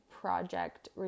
project